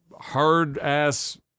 hard-ass